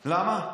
למה?